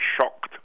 shocked